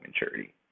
maturity